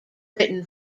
written